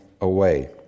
away